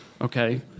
Okay